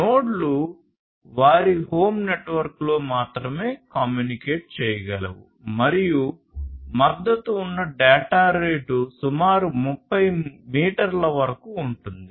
నోడ్లు వారి హోమ్ నెట్వర్క్లో మాత్రమే కమ్యూనికేట్ చేయగలవు మరియు మద్దతు ఉన్న డేటా రేటు సుమారు 30 మీటర్ల వరకు ఉంటుంది